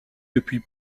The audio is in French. depuis